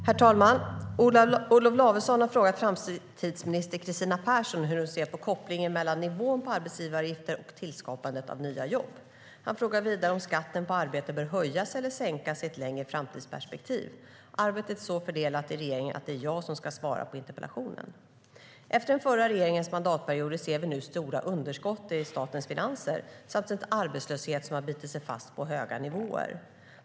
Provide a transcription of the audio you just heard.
Herr talman! Olof Lavesson har frågat framtidsminister Kristina Persson hur hon ser på kopplingen mellan nivån på arbetsgivaravgifter och tillskapandet av nya jobb. Han frågar vidare om skatten på arbete bör höjas eller sänkas i ett längre framtidsperspektiv. Arbetet är så fördelat inom regeringen att det är jag som ska svara på interpellationen. Efter den förra regeringens mandatperioder ser vi nu stora underskott i statens finanser samt en arbetslöshet som har bitit sig fast på höga nivåer.